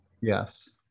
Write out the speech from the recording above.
yes